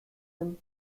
him